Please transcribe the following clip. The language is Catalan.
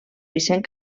vicent